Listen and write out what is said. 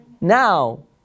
now